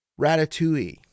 Ratatouille